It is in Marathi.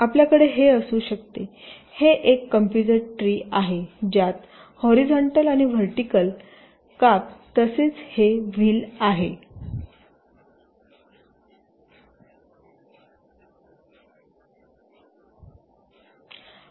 तर आपल्याकडे हे असू शकते हे एक कंपॉजिट ट्री आहे ज्यात हॉरीझॉन्टल आणि व्हर्टिकल काप तसेच हे व्हील आहे